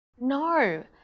no